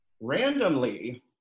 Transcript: randomly